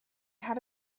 had